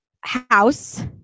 house